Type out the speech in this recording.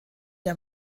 der